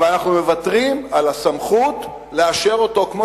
אבל אנחנו מוותרים על הסמכות לאשר אותו כמו